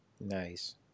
Nice